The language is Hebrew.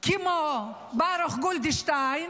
כמו ברוך גולדשטיין,